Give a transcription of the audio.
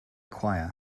choir